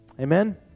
Amen